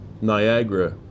Niagara